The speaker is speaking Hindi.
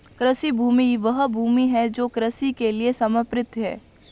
कृषि भूमि वह भूमि है जो कृषि के लिए समर्पित है